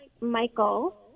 Michael